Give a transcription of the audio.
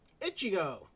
Ichigo